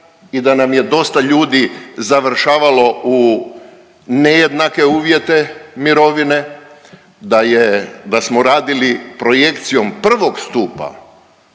i da nam je dosta ljudi završavalo u nejednake uvjete mirovine, da smo radili projekcijom prvog stupa